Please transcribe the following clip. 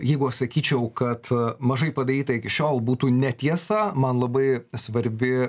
jeigu aš sakyčiau kad mažai padaryta iki šiol būtų netiesa man labai svarbi